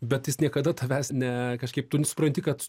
bet jis niekada tavęs ne kažkaip tu supranti kad